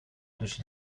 dus